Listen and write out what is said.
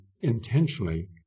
intentionally